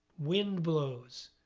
wind blows,